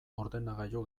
ordenagailu